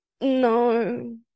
No